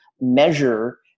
measure